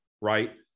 right